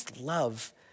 love